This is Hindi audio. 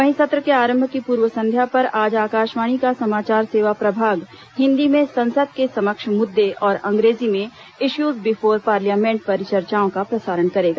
वहीं सत्र के आरंभ की पूर्व संध्या पर आज आकाशवाणी का समाचार सेवा प्रभाग हिन्दी में संसद के समक्ष मुद्दे और अंग्रेजी में इश्यूज बिफोर पार्लियामेंट परिचर्चाओं का प्रसारण करेगा